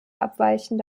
abweichende